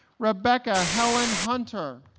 rebeccah helen hunter